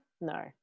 No